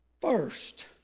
first